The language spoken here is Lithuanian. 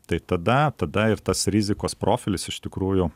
tai tada tada ir tas rizikos profilis iš tikrųjų